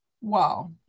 wow